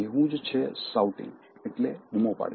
એવું જ છે શાઉટિંગ એટલે બૂમો પાડવી